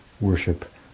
worship